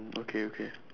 okay okay